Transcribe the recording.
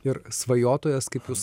ir svajotojas kaip jūs